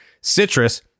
citrus